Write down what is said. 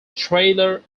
taylor